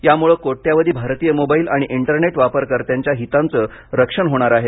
यामुळे कोट्यवधी भारतीय मोबाईल आणि इंटरनेट वापरकर्त्यांच्या हितांचं रक्षण होणार आहे